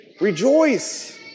rejoice